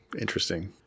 Interesting